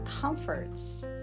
comforts